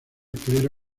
clero